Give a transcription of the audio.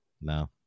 No